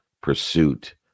pursuit